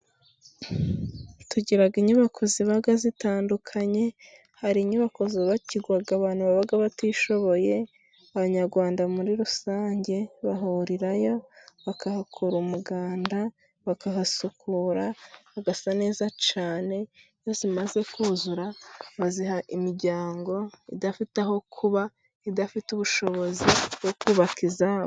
Tugiraga inyubako ziba zitandukanye. Hari inyubako zubabakirwa abantu baba batishoboye. Abanyarwanda muri rusange bahurirayo bakahakora umuganda, bakahasukura hagasa neza cyane. Iyo zimaze kuzura, baziha imiryango idafite aho kuba, idafite ubushobozi bwo kubaka izabo.